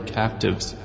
captives